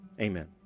Amen